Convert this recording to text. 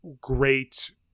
great